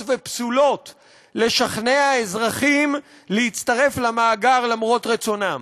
ופסולות לשכנע אזרחים להצטרף למאגר למרות רצונם.